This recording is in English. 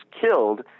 killed